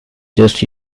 just